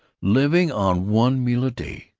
living on one meal a day,